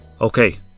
Okay